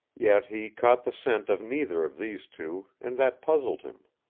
yet he caught the scent of neither of these two, and that puzzled him.